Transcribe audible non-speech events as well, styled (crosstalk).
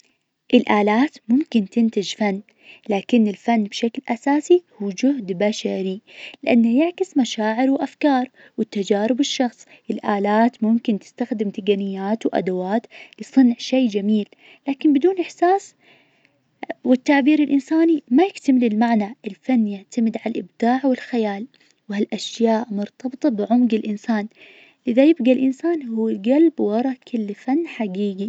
الآلات ممكن تنتج فن لكن الفن بشكل أساسي هو جهد بشري، لأنه يعكس مشاعر وأفكار وتجارب الشخص. الآلات ممكن تستخدم تقنيات وأدوات لصنع شي جميل، لكن بدون إحساس (hesitation) والتعبير الإنساني ما يكتمل المعنى. الفن يعتمد على الإبداع والخيال وها الأشياء مرتبطة بعمق الإنسان. إذا يبقى الإنسان هو قلب ورا كل فن حقيقي.